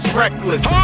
reckless